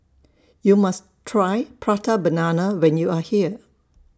YOU must Try Prata Banana when YOU Are here